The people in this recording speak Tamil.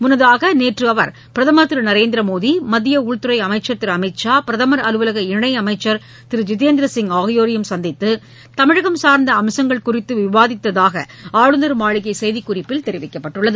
முன்னதாக நேற்று அவர் பிரதமர் திரு நரேந்திர மோடி மத்திய உள்துறை அமைச்சர் திரு அமித்ஷா பிரதமர் அலுவலக இணை அமைச்சர் திரு ஜிதேந்திரசிப் ஆகியோரையும் சந்தித்து தமிழகம் சார்ந்த அம்சங்கள் குறித்து விவாதித்தாக ஆளுநர் மாளிகை செய்திக்குறிப்பில் தெரிவிக்கப்பட்டுள்ளது